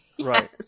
Right